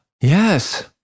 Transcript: yes